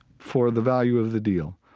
for the value of the deal.